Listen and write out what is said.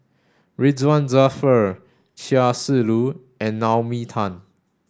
Ridzwan Dzafir Chia Shi Lu and Naomi Tan